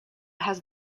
has